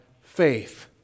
faith